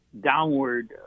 downward